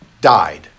died